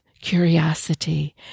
curiosity